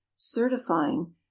certifying